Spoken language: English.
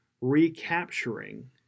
recapturing